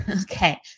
Okay